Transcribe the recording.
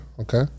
Okay